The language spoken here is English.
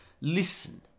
listen